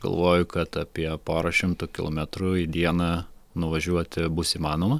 galvoju kad apie porą šimtų kilometrų į dieną nuvažiuoti bus įmanoma